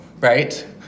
right